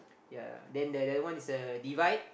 ya then that one is a divide